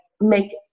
make